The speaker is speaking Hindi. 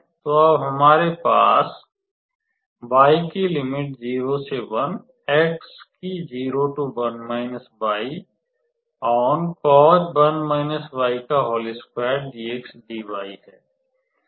तो अब हमारे पास है